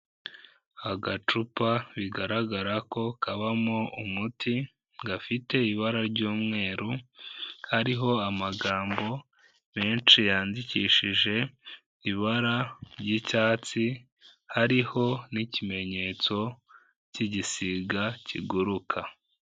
Agacupa bigaragara ko kabamo umuti, gafite ibara ry'umweru kariho amagambo menshi yandikishije ibara ry'icyatsi, hariho n'ikimenyetso cy'igisiga kiguruka.